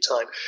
time